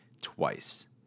twice